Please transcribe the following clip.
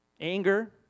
anger